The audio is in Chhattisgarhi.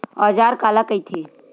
औजार काला कइथे?